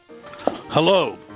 Hello